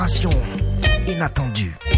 inattendue